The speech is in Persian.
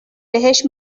بهش